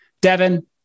Devin